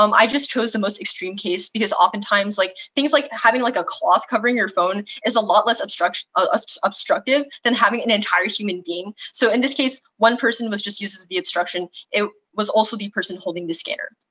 um i just chose the most extreme case because oftentimes, like things like having like a cloth covering your phone is a lot less um obstructive than having an entire human being. so in this case, one person was just used as the obstruction. it was also the person holding the scanner.